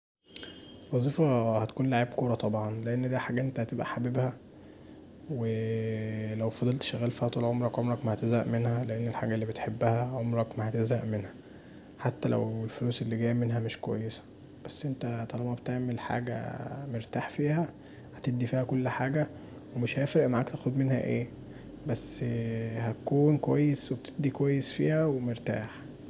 الوظيفة هتكون لعيب كوره طبعا، لان دي هتكون حاجه انت حاببها ولو فضلت شغال فيها طول عمرك عمرك ما هتزهق منها لأن الحاجه اللي بتحبها عمرك ما هتزهق منها، حتي لو الفلوس اللي جايه منها مش كويسه بس انت طالما بتعمل حاجه مرتاح فيها هتدي فيها كل حاجه ومش هيفرق معاك تاخد منها ايه، بس هتكون كويس وبتديك كويس فيها ومرتاح.